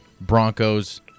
Broncos